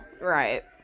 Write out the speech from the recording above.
Right